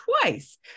twice